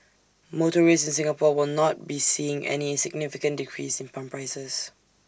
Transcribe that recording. motorists in Singapore will not be seeing any significant decrease in pump prices